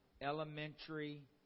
Elementary